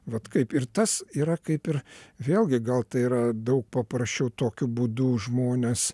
vat kaip ir tas yra kaip ir vėlgi gal tai yra daug paprasčiau tokiu būdu žmones